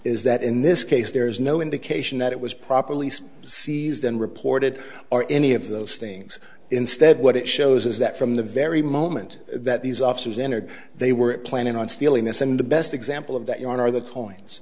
is that in this case there is no indication that it was properly seized and reported or any of those things instead what it shows is that from the very moment that these officers entered they were planning on stealing this and the best example of that you are the